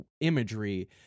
imagery